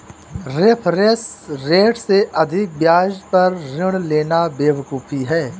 reference rate से अधिक ब्याज पर ऋण लेना बेवकूफी है